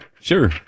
sure